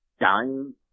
dying